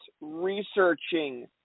researching